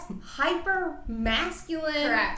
hyper-masculine